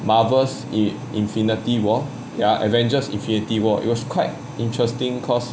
marvels in~ infinity war ya avengers infinity war it was quite interesting cause